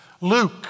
Luke